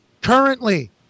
Currently